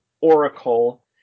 oracle